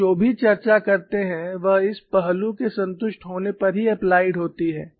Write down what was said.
हम जो भी चर्चा करते हैं वह इस पहलू के संतुष्ट होने पर ही एप्लाइड होती है